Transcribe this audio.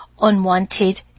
unwanted